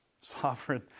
sovereign